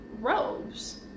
robes